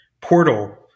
portal